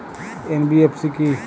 NBFC কী?